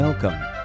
Welcome